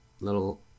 little